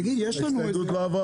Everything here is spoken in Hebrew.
הצבעה בעד 4. נגד 7. לא עברה.